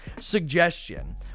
suggestion